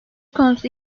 konusu